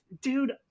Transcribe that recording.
dude